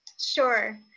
Sure